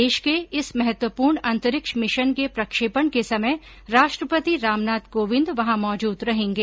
देश के इस महत्वपूर्ण अंतरिक्ष मिशन के प्रक्षेपण के समय राष्ट्रपति रामनाथ कोविंद वहां मौजूद रहेंगे